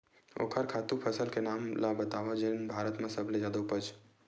ओखर खातु फसल के नाम ला बतावव जेन भारत मा सबले जादा उपज?